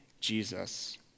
Jesus